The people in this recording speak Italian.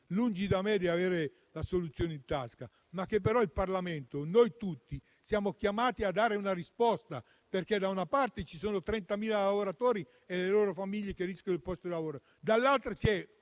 pretesa di avere la soluzione in tasca. Tutti noi in Parlamento, però, siamo chiamati a dare una risposta, perché da una parte ci sono 30.000 lavoratori e le loro famiglie che rischiano il posto di lavoro e, dall'altra, c'è